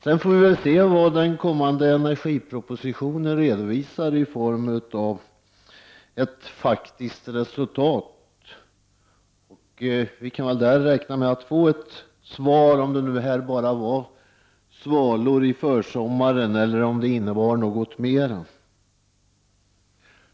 Sedan får vi se vad den kommande energipropositionen redovisar i form av ett faktiskt resultat. Vi kan väl räkna med att då få svar på om det nu bara var svalor i försommaren eller om det innebar något mera.